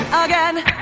again